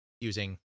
using